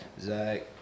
Zach